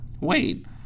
Wait